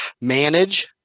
Manage